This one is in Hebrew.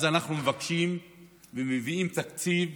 אז אנחנו מבקשים ומביאים תקציב